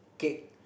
cake